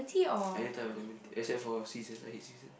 any type of lemon tea accept for season I hate season